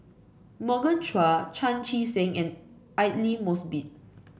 Morgan Chua Chan Chee Seng and Aidli Mosbit